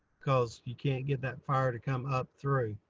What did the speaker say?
cause you can't get that fire to come up through.